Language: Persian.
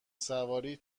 سواری